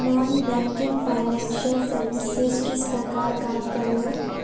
Non banking financial services किस प्रकार काम करोहो?